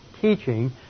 teaching